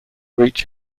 reach